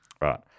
Right